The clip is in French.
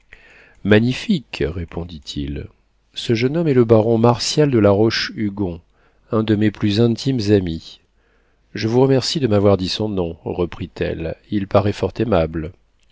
magnifique répondit-il ce jeune homme est le baron martial de la roche-hugon un de mes plus intimes amis je vous remercie de m'avoir dit son nom reprit-elle il paraît fort aimable